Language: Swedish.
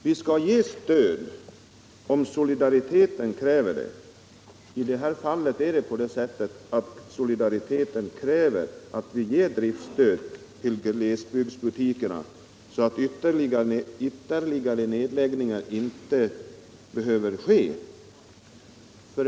Vi skall ge stöd om solidariteten kräver det. I det här fallet kräver solidariteten att vi ger driftsstöd till glesbygdsbutikerna, så att ytterligare nedläggningar inte behöver ske.